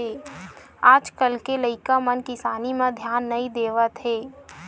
आज कल के लइका मन किसानी म धियान नइ देवत हे